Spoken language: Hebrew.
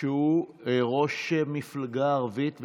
שהוא ראש מפלגה ערבית,